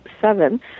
seven